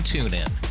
TuneIn